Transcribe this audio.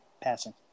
passing